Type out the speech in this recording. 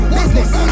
business